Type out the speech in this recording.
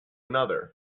another